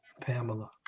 Pamela